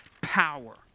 Power